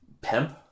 pimp